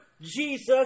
Jesus